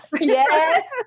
yes